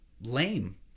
lame